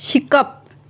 शिकप